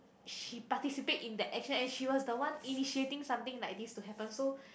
she participate in the action and she was the one initiating something like this to happen so